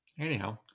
Anyhow